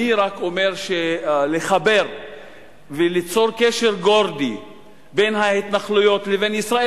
אני רק אומר שלחבר וליצור קשר גורדי בין ההתנחלויות לבין ישראל,